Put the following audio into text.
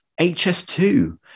hs2